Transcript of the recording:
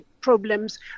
problems